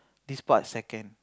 this part is second